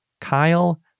Kyle